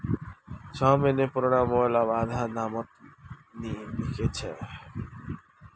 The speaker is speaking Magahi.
छो महीना पुराना मोबाइल अब आधा दामत नी बिक छोक